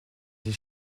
des